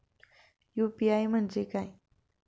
UPI म्हणजे काय?